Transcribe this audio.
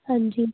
ਹਾਂਜੀ